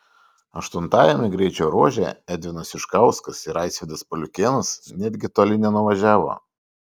aštuntajame greičio ruože edvinas juškauskas ir aisvydas paliukėnas netgi toli nenuvažiavo